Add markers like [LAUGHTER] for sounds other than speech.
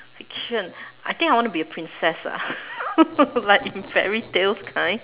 fiction I think I want to be a princess ah [LAUGHS] like in fairy tales kind